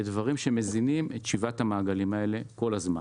אלה דברים שמזינים את שבעת המעגלים האלה כל הזמן.